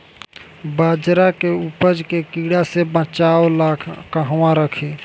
बाजरा के उपज के कीड़ा से बचाव ला कहवा रखीं?